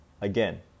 again